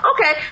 Okay